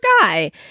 guy